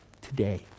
today